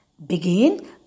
Begin